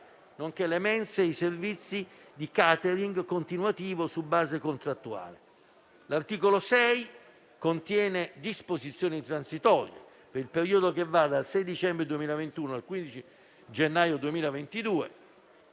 nonché le mense e i servizi di *catering* continuativo su base contrattuale. L'articolo 6 contiene disposizioni transitorie. Per il periodo che va dal 6 dicembre 2021 al 15 gennaio 2022